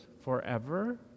forever